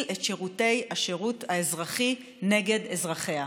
את שירותי שירות הביטחון נגד אזרחיה.